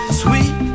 sweet